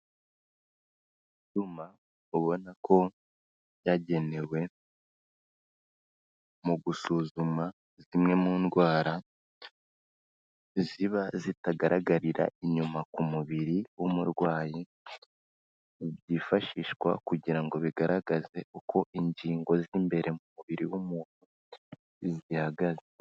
Ibyuma ubona ko byagenewe mu gusuzuma zimwe mu ndwara ziba zitagaragarira inyuma ku mubiri w'umurwayi, byifashishwa kugira ngo bigaragaze uko ingingo z'imbere mu mubiri w'umuntu, zihagaze.